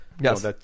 Yes